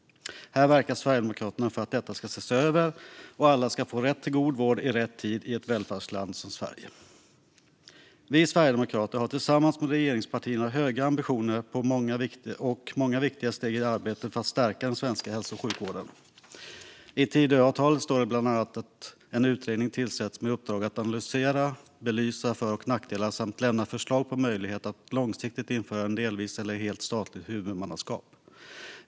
Sverigedemokraterna verkar för att detta ses över. Alla ska få rätt till god vård i rätt tid i ett välfärdsland som Sverige. Vi sverigedemokrater har tillsammans med regeringspartierna höga ambitioner och många viktiga steg i arbetet för att stärka den svenska hälso och sjukvården. I Tidöavtalet står det bland annat att en utredning tillsätts med uppdrag att analysera och belysa för och nackdelar samt lämna förslag på möjligheterna att långsiktigt införa ett delvis eller helt statligt huvudmannaskap.